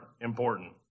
important